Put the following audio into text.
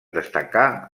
destacà